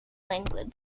language